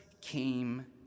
came